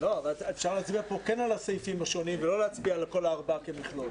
אבל אפשר להצביע פה כן על הסעיפים השונים ולא על כל הארבעה כמכלול.